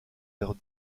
leurs